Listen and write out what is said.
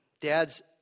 dads